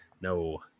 No